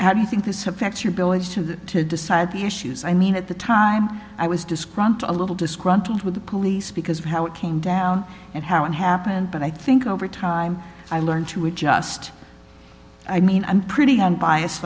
how do you think this affects your ability to decide the issues i mean at the time i was disgruntled disgruntled with the police because of how it came down and how it happened but i think over time i learned to adjust i mean i'm pretty unbiased